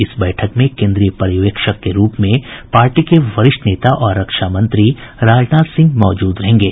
इस बैठक में केंद्रीय पर्यवेक्षक के रूप में पार्टी के वरिष्ठ नेता और रक्षा मंत्री राजनाथ सिंह मौजूद रहेंगे